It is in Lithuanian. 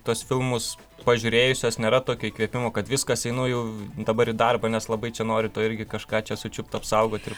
tuos filmus pažiūrėjusios nėra tokio įkvėpimo kad viskas einu jau dabar į darbą nes labai čia noriu to irgi kažką čia sučiupt apsaugot ir